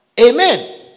Amen